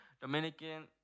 Dominican